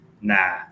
nah